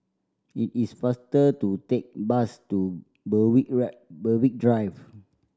it is faster to take bus to Berwick Ride Berwick Drive